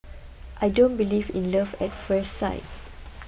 I don't believe in love at first sight